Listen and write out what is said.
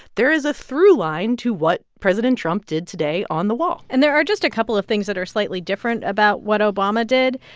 there is a through line to what president trump did today on the wall and there are just a couple of things that are slightly different about what obama did.